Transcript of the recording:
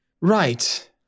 right